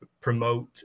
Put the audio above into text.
promote